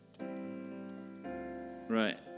Right